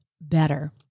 better